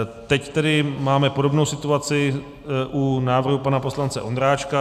Teď tedy máme podobnou situaci u návrhu pana poslance Ondráčka.